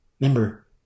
Remember